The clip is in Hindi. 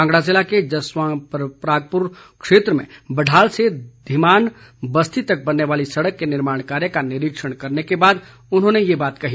कांगड़ा ज़िला के जसवां परागपुर क्षेत्र में बढाल से धीमान बस्ती तक बनने वाली सड़क के निर्माण कार्य का निरीक्षण करने के बाद उन्होंने ये बात कही